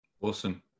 Awesome